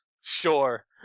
Sure